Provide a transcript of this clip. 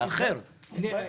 ובאחד